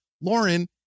Lauren